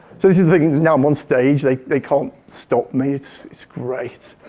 so this is the thing, now i'm on stage, they they can't stop me. it's it's great.